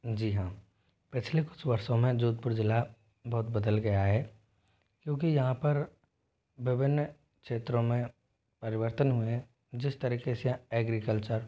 जी हाँ पिछले कुछ वर्षों में जोधपुर ज़िला बहुत बदल गया है क्योंकि यहाँ पर विभिन्न क्षेत्रों में परिवर्तन हुए हैं जिस तरीक़े से एग्रीकल्चर